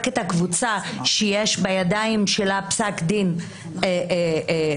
את הקבוצה שיש בידיים שלה פסק דין פלילי,